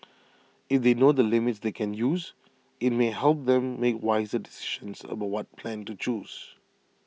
if they know the limits they can use IT may help them make wiser decisions about what plan to choose